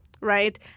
right